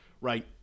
Right